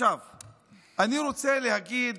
אני רוצה להגיד